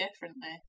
differently